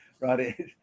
right